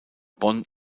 bonn